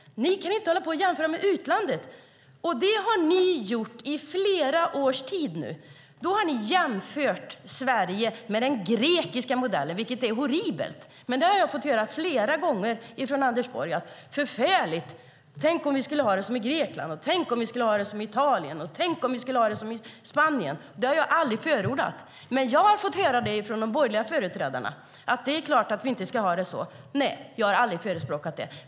Ni kan inte hålla på och jämföra med utlandet! Men det har ni gjort i flera års tid nu. Ni har jämfört Sverige med den grekiska modellen, vilket är horribelt. Jag har fått höra detta flera gånger från Anders Borg: Det är förfärligt. Tänk om vi skulle ha det som i Grekland, som i Italien eller som i Spanien! Det har jag aldrig förordat. Men jag har fått höra från de borgerliga företrädarna att det är klart att vi inte ska ha det så. Nej, det har jag heller aldrig förespråkat.